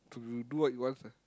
to do what he wants ah